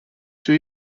two